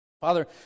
Father